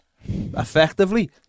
effectively